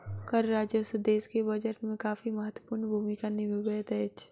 कर राजस्व देश के बजट में काफी महत्वपूर्ण भूमिका निभबैत अछि